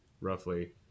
roughly